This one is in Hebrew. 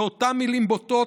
באותן מילים בוטות.